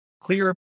clear